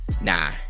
Nah